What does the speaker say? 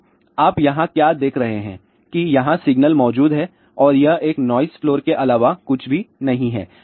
तो आप यहाँ क्या देख रहे हैं कि यहाँ सिग्नल मौजूद है और यह एक नॉइस फ्लोर के अलावा कुछ भी नहीं है